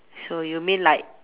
so you mean like